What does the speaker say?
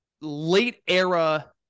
late-era